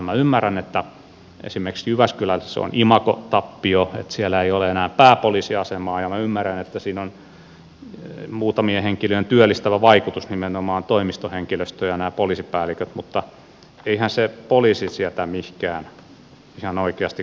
minä ymmärrän että esimerkiksi jyväskylälle se on imagotappio että siellä ei ole enää pääpoliisiasemaa ja minä ymmärrän että siinä on muutamien henkilöiden työllistävä vaikutus nimenomaan toimistohenkilöstön ja näiden poliisipäälliköiden osalta mutta eihän se poliisi sieltä mihinkään ihan oikeasti katoa